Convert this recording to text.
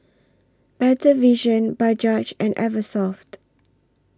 Better Vision Bajaj and Eversoft